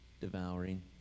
devouring